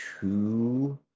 two